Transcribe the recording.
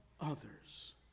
others